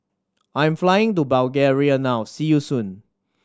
I am flying to Bulgaria now see you soon